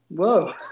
Whoa